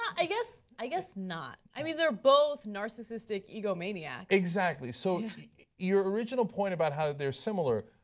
i guess i guess not. i mean they are both narcissistic egomaniac's. exactly. so your original point about how they are similar.